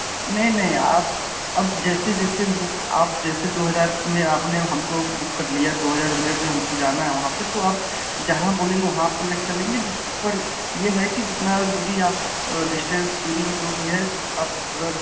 नहीं नही आप अब जैसे जैसे बुक आप जैसे दो हज़ार में आपने हमको बुक कर लिया दो हज़ार रुपये में हमको जाना है वहाँ पर तो आप जहाँ बोलेंगे वहाँ पर ले चलेंगे जित पर यह है कि जितना दूरी आप डिश्टेंस दूरी जो भी है आप अगर